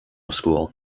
school